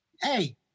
hey